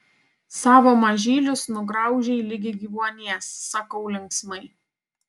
savo mažylius nugraužei ligi gyvuonies sakau linksmai